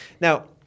now